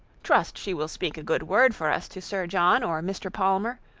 trust she will speak a good word for us to sir john, or mr. palmer,